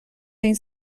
این